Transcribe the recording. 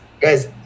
Guys